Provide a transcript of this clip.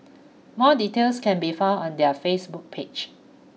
more details can be found on their Facebook page